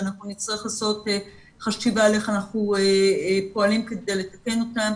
ואנחנו נצטרך לעשות חשיבה על איך אנחנו פועלים כדי לתקן אותם,